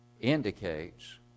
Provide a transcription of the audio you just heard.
indicates